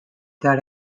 that